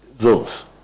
zones